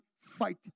fight